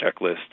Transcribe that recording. checklist